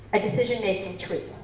a decision making tree.